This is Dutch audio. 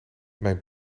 mijn